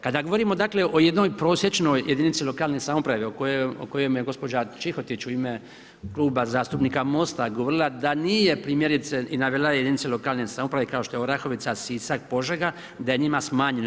Kada govorimo o jednoj prosječnoj jedinici lokalne samouprave o kojem je gospođa Čikotić u ime Kluba zastupnika MOST-a govorila da nije primjerice, i navela je jedinice lokalne samouprave kao što je Orahovica, Sisak, Požega da je njima smanjeno.